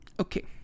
Okay